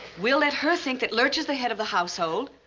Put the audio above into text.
we'll let her think that lurch is the head of the household,